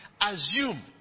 assume